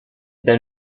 then